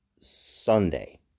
Sunday